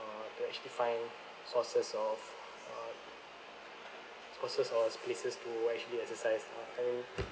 uh to actually find sources of uh sources or places actually exercise uh and